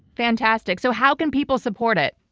fantastic. so how can people support it?